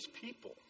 people